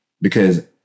Because-